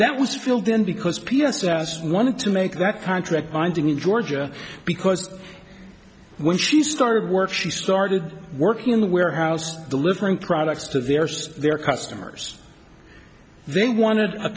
that was field then because p s s wanted to make that contract binding in georgia because when she started work she started working in the warehouse delivering products to versailles their customers they wanted a